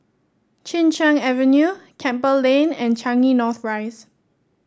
Chin Cheng Avenue Campbell Lane and Changi North Rise